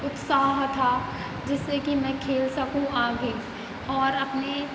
उत्साह था जिससे कि मैं खेल सकूं आगे और अपने